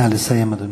נא לסיים, אדוני.